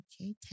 Okay